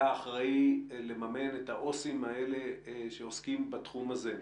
אחראי לממן את העובדים הסוציאליים האלה שעוסקים בתחום הזה.